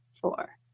four